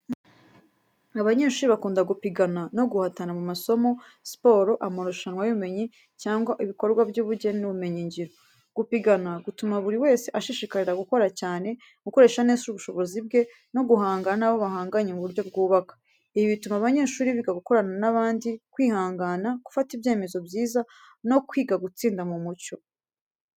Abanyeshuri bakunda gupigana no guhatana mu masomo, siporo, amarushanwa y’ubumenyi cyangwa ibikorwa by’ubugeni n’ubumenyingiro. Gupigana gutuma buri wese ashishikarira gukora cyane, gukoresha neza ubushobozi bwe no guhangana n'abo bahanganye mu buryo bwubaka. Ibi bituma abanyeshuri biga gukorana n’abandi, kwihangana, gufata ibyemezo byiza no kwiga gutsinda mu mucyo.